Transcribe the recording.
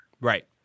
Right